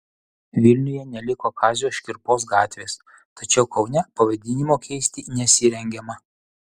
vilniuje neliko kazio škirpos gatvės tačiau kaune pavadinimo keisti nesirengiama